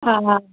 हा हा